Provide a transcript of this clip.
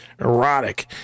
erotic